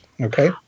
Okay